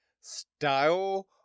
style